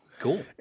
Cool